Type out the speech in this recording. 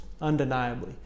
undeniably